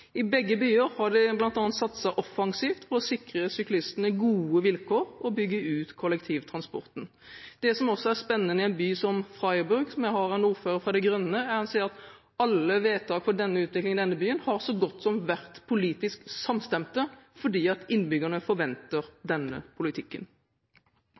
I begge byene har de bl.a. satset offensivt for å sikre syklistene gode vilkår og bygge ut kollektivtransporten. Det som også er spennende i en by som Freiburg, som har en ordfører fra De grønne, er at alle vedtak for utviklingen i den byen har man vært så godt som politisk samstemt om, fordi innbyggerne